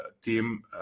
team